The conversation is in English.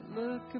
Look